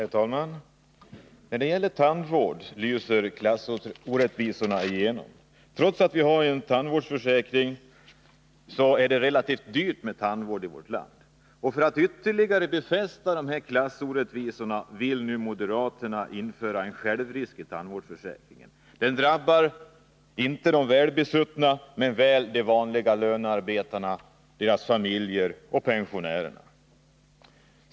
Herr talman! När det gäller tandvård lyser klassorättvisorna igenom. Trots att vi har en tandvårdsförsäkring är det relativt dyrt med tandvård i vårt land. För att ytterligare befästa klassorättvisorna vill nu moderaterna införa en självrisk i tandvårdsförsäkringen. Den drabbar inte de besuttna men väl de vanliga lönearbetarna, deras familjer och pensionärerna.